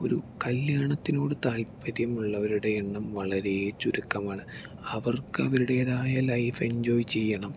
ഒരു കല്യാണത്തിനോട് താല്പര്യമുള്ളവരുടെ എണ്ണം വളരെ ചുരുക്കമാണ് അവർക്ക് അവരുടേതായ ലൈഫ് എൻജോയ് ചെയ്യണം